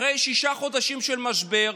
אחרי שישה חודשים של משבר,